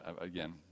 again